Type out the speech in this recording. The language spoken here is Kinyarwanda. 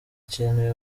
kintu